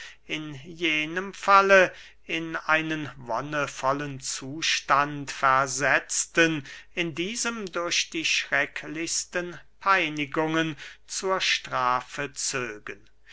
in jenem falle in einen wonnevollen zustand versetzten in diesem durch die schrecklichsten peinigungen zur strafe zögen